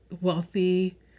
wealthy